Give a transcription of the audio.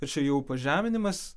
ir čia jau pažeminimas